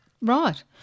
Right